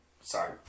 sorry